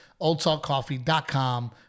OldSaltCoffee.com